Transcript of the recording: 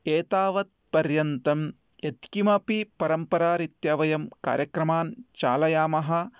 एतावत् पर्यन्तं यत् किमपि परम्परा रीत्या वयं कार्यक्रमान् चालयामः